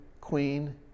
queen